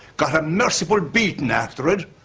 got a merciful beating after it,